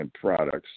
products